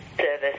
service